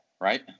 right